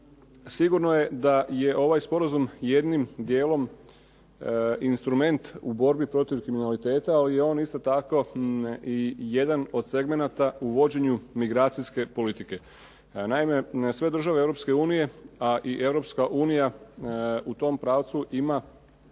Sigurno je da je ovaj sporazum jednim dijelom instrument u borbi protiv kriminaliteta, ali je on isto tako i jedan od segmenata u vođenju migracijske politike. Naime, sve države Europske unije, a i Europska unija u tom pravcu ima